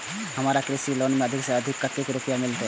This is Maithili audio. हमरा कृषि लोन में अधिक से अधिक कतेक रुपया मिलते?